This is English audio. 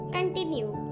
Continue